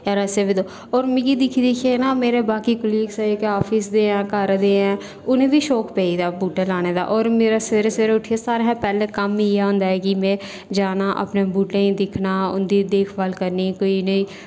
यार असें बी दो होर मिगी दिक्खी दिक्खियै ना मेरे बाकी कलीग्स न जेह्के आफिस दे जां घर दे ऐं उनेंगी बी शौक पेई गेदा बूह्टे लाने दा होर मेरा सवेरे सवेरे उट्ठियै सारें कशा पैह्लें कम्म गै इयै होंदा कि में जाना अपने बूह्टें गी दिक्खना उंदी देखभाल करनी कोई उनेंगी